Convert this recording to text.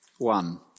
One